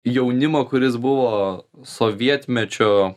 jaunimo kuris buvo sovietmečio